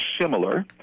similar